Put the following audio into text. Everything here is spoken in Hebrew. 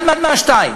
אחד מהשניים,